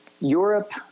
Europe